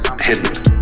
hidden